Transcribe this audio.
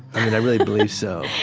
i really believe so.